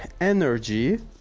energy